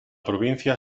provincia